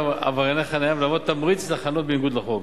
עברייני חנייה ולהיות תמריץ לחנות בניגוד לחוק.